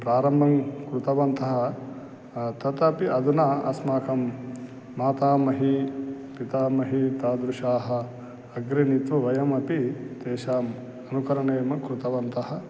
प्रारम्भं कृतवन्तः तदपि अधुना अस्माकं मातामही पितामही तादृशाः अग्रणि तु वयमपि तेषाम् अनुकरणमेव कृतवन्तः